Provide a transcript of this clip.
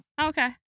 okay